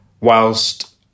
whilst